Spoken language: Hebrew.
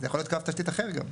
זה יכול להיות קו תשתית אחר גם.